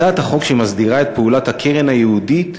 הצעת החוק שמסדירה את פעולת הקרן הייעודית